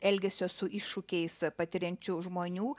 elgesio su iššūkiais patiriančių žmonių